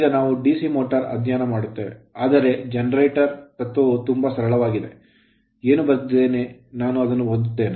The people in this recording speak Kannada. ಈಗ ನಾವು DC motor ಮೋಟರ್ ಅಧ್ಯಯನ ಮಾಡುತ್ತೇವೆ ಆದರೆ generator ಜನರೇಟರ್ ತತ್ವವು ತುಂಬಾ ಸರಳವಾಗಿದೆ ಏನು ಬರೆದಿದ್ದೇನೆ ನಾನು ಅದನ್ನು ಓದುತ್ತೇನೆ